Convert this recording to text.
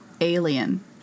alien